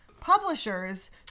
publishers